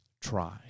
try